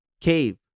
cave